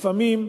לפעמים,